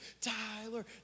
Tyler